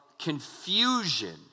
confusion